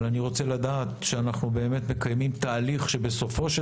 אבל אני רוצה לדעת שאנחנו באמת מקיימים תהליך שבסופו של